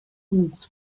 was